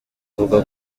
avuga